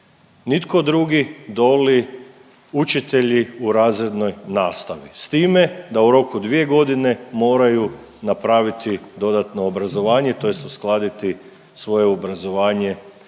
nitko drugi doli učitelji u razrednoj nastavi s time da u roku od 2.g. moraju napraviti dodatno obrazovanje tj. uskladiti svoje obrazovanje